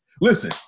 Listen